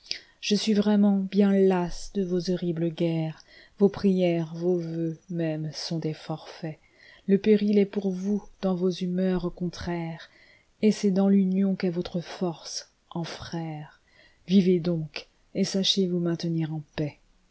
je suis vraiment bien las de vos horribles guerres vos prières vos vœux mêmes sont des forfaits le péril est pour vous dans vos humeurs contraires et c'est dans l'union qu'est votre force en frèresvivez donc et sachez vous maintenir en paix